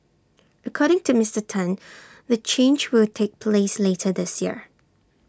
according to Mister Tan the change will take place later this year